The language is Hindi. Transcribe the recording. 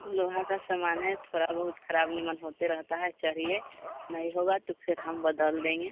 लोहा का सामान है थोड़ा बहुत खराब निमन होते रहता है चाहिए नहीं होगा तो फ़िर हम बदल देंगे